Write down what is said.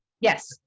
Yes